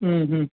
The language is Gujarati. હમ્મ હમ્મ